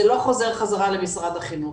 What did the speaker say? זה לא חוזר חזרה למשרד החינוך.